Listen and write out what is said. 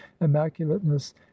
immaculateness